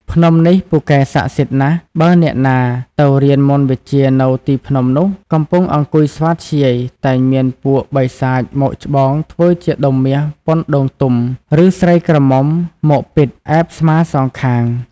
ភ្នំនេះ ពូកែស័ក្តិសិទ្ធិណាស់ បើអ្នកណាទៅរៀនមន្តវិជ្ជានៅទីភ្នំនោះ កំពុងអង្គុយស្វាធ្យាយ តែងមានពួក បិសាចមកច្បងធ្វើជាដុំមាសប៉ុនដូងទុំ ឬស្រីក្រមុំមកពិតអែបស្មាសងខាង។